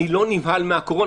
אני לא נבהל מהקורונה.